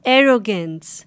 Arrogance